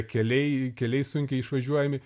keliai keliai sunkiai išvažiuojami